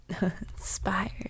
inspired